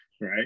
right